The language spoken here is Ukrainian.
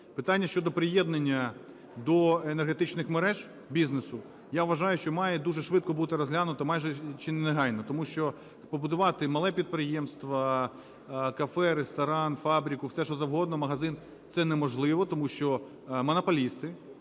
питання щодо приєднання до енергетичних мереж бізнесу я вважаю, що має дуже швидко бути розглянуто, майже чи не негайно, тому що побудувати мале підприємство: кафе, ресторан, фабрику, все, що завгодно, магазин, - це неможливо, тому що монополісти,